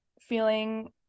feeling